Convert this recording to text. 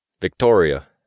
Victoria